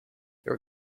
your